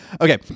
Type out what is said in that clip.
okay